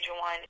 one